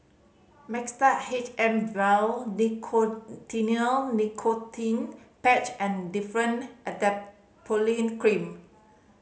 Mixtard H M Vial Nicotinell Nicotine Patch and Differin Adapalene Cream